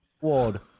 Ward